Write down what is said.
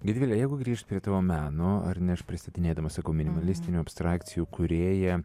gintvile jeigu grįš prie tavo meno ar ne aš pristatinėdamas sakiau minimalistinių abstrakcijų kūrėja